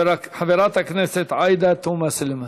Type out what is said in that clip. חברת הכנסת עאידה תומא סלימאן.